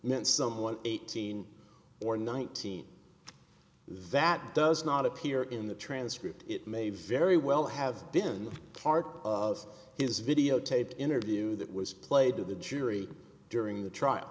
meant someone eighteen or nineteen that does not appear in the transcript it may very well have been part of his videotaped interview that was played to the jury during the trial